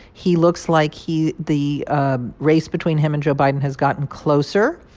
he looks like he the ah race between him and joe biden has gotten closer.